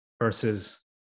versus